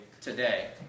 today